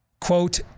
quote